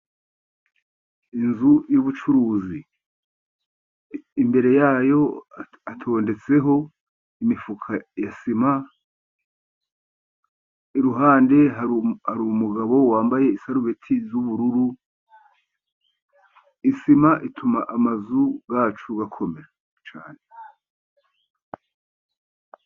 Inzu y'ubucuruzi imbere yayo hatondetseho imifuka ya sima, iruhande hari umugabo wambaye isarubeti y'ubururu, isima ituma amazu yacu akomera cyane.